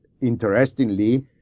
interestingly